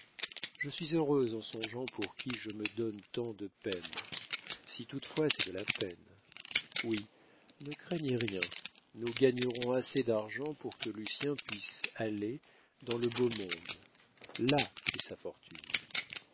je suis heureuse en songeant pour qui je me donne tant de peine si toutefois c'est de la peine oui ne craignez rien nous gagnerons assez d'argent pour que lucien puisse aller dans le beau monde là est sa fortune